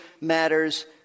matters